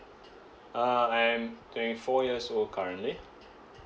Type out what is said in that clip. uh I am twenty four years old currently